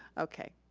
okay.